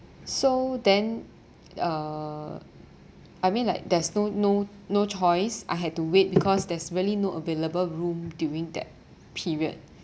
so then uh I mean like there's no no no choice I had to wait because there's really no available room during that period